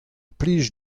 plij